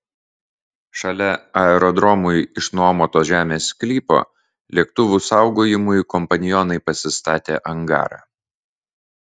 šalia aerodromui išnuomoto žemės sklypo lėktuvų saugojimui kompanionai pasistatė angarą